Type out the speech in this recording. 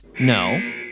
no